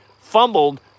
fumbled